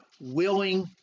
willing